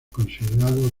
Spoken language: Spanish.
considerados